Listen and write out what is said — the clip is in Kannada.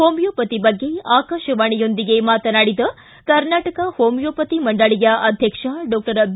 ಹೋಮಿಯೋಪತಿ ಬಗ್ಗೆ ಆಕಾಶವಾಣಿಯೊಂದಿಗೆ ಮಾತನಾಡಿದ ಕರ್ನಾಟಕ ಹೋಮಿಯೋಪತಿ ಮಂಡಳಿಯ ಅಧ್ಯಕ್ಷ ಡಾಕ್ಟರ್ ಬಿ